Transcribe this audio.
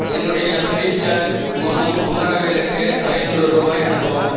என்னுடைய ஃப்ரீசார்ஜ் மூலம் குமரவேலுக்கு ஐநூறு ரூபாய் அனுப்பவும்